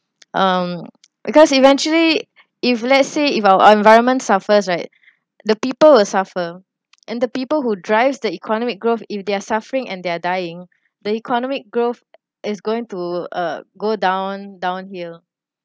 um because eventually if let's say if our environment suffers right the people will suffer and the people who drives the economic growth if they're suffering and they're dying the economic growth is going to uh go down downhill